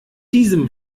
diesem